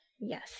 Yes